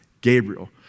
Gabriel